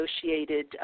associated